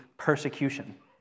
persecution